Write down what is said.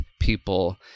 people